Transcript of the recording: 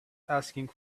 asking